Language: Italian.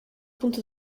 punto